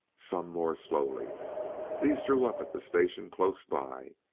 some more slowly these drew up at the station close by,